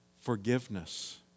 forgiveness